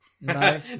No